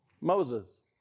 Moses